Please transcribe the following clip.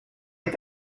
est